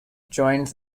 joined